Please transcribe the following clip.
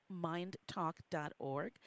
mindtalk.org